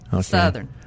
southern